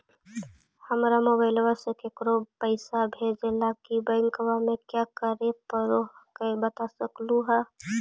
हमरा मोबाइलवा से केकरो पैसा भेजे ला की बैंकवा में क्या करे परो हकाई बता सकलुहा?